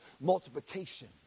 multiplication